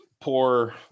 poor